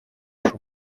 нашу